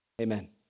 Amen